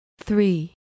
three